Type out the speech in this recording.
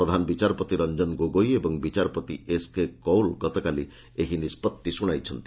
ପ୍ରଧାନ ବିଚାରପତି ରଞ୍ଜନ ଗୋଗୋଇ ଏବଂ ବିଚାରପତି ଏସ୍କେ କଉଲ୍ ଗତକାଲି ଏହି ନିଷ୍ପଭି ଶୁଣାଇଛନ୍ତି